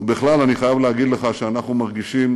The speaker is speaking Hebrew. ובכלל אני חייב להגיד לך שאנחנו מרגישים